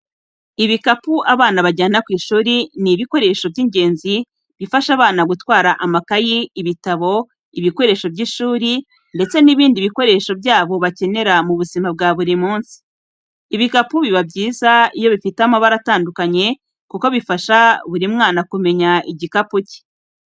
Ibikapu abana bajyana ku ishuri, ni ibikoresho by'ingenzi bifasha abana gutwara amakayi, ibitabo, ibikoresho by'ishuri, ndetse n'ibindi bikoresho byabo bakenera mu buzima bwa buri munsi. Ibikapu biba byiza iyo bifite amabara atandukanye, kuko bifasha buri mwana kumenya igikapu cye.